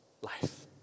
life